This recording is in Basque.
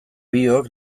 biok